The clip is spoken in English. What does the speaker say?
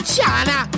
China